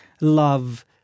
love